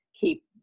keep